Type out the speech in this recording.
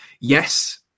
yes